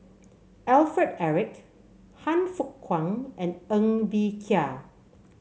Alfred Eric Han Fook Kwang and Ng Bee Kia